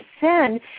sin